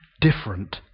different